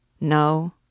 no